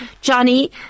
Johnny